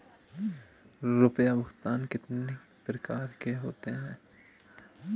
रुपया भुगतान कितनी प्रकार के होते हैं?